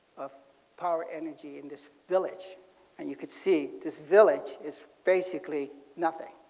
of power energy in this village and you could see this village is basically nothing.